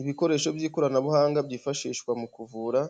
Ibikoresho by'ikoranabuhanga byifashishwa mu kuvura